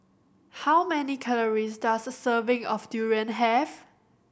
how many calories does a serving of durian have